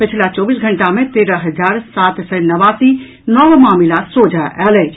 पछिला चौबीस घंटा मे तेरह हजार सात सय नवासी नव मामिला सोझा आयल अछि